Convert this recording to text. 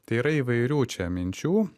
tai yra įvairių čia minčių